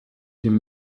dem